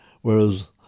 whereas